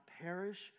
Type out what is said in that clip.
perish